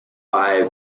five